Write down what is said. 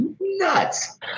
nuts